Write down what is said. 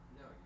No